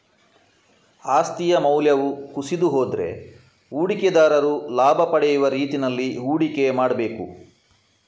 ಆಸ್ತಿಯ ಮೌಲ್ಯವು ಕುಸಿದು ಹೋದ್ರೆ ಹೂಡಿಕೆದಾರರು ಲಾಭ ಪಡೆಯುವ ರೀತಿನಲ್ಲಿ ಹೂಡಿಕೆ ಮಾಡ್ಬೇಕು